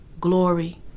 glory